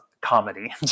comedy